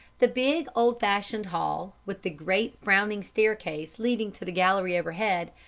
the big, old-fashioned hall, with the great, frowning staircase leading to the gallery overhead,